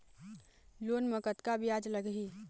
Loan म कतका ब्याज लगही?